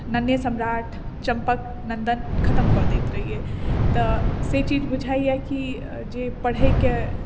नन्हेँ सम्राट चम्पक नन्दन खतम कऽ दैत रहियै तऽ से चीज बुझाइयै कि जे पढ़ैके